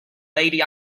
lady